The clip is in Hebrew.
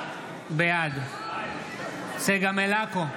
בעד צגה מלקו,